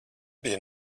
bija